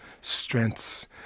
strengths